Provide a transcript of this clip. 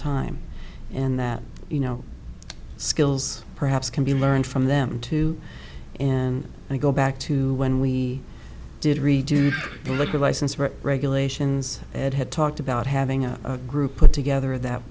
time and that you know skills perhaps can be learned from them too and i go back to when we did reduce the liquor license for regulations it had talked about having a group put together that